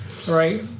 Right